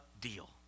deal